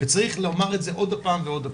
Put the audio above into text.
וצריך לומר עוד הפעם ועוד הפעם,